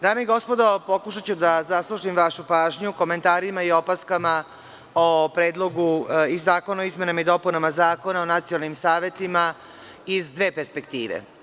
Dame i gospodo, pokušaću da zaslužim vašu pažnju komentarima i opaskama o predlogu i zakonu o izmenama i dopunama Zakona o nacionalnim savetima iz dve perspektive.